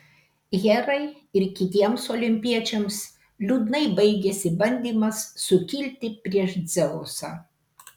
herai ir kitiems olimpiečiams liūdnai baigėsi bandymas sukilti prieš dzeusą